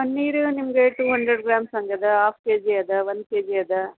ಪನ್ನೀರು ನಿಮಗೆ two hundred grams ಹಂಗದೆ half kg ಅದ ಒನ್ ಕೆಜಿ ಅದ